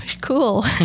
Cool